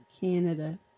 Canada